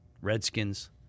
Redskins